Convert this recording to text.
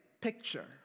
picture